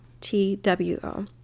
T-W-O